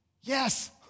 Yes